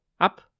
up